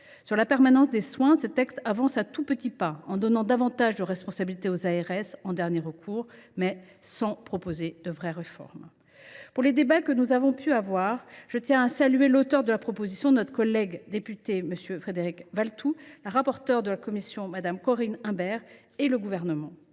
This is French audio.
Sur la permanence des soins, ce texte avance à tout petits pas, en donnant davantage de responsabilités aux ARS en dernier recours, mais sans proposer de véritable réforme. Pour les débats importants que nous avons eus, je tiens à remercier l’auteur de la proposition de loi, notre collègue député M. Frédéric Valletoux, la rapporteure de la commission Mme Corinne Imbert et le Gouvernement.